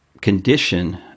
condition